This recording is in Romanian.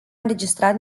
înregistrat